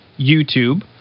YouTube